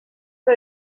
for